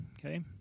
okay